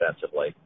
defensively